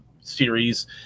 series